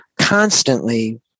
constantly